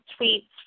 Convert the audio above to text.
tweets